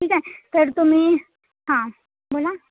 ठीक आहे तर तुम्ही हां बोला